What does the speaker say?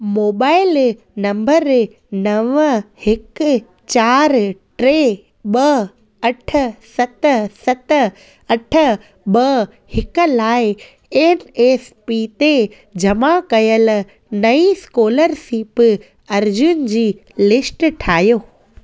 mobile number नव हिकु चारि टे ॿ अठ सत सत अठ ॿ हिकु लाइ एन एस पी ते जमा कयल नई स्कोलरशिप अर्जियुनि जी लिस्ट ठाहियो